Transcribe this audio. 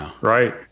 right